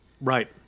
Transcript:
Right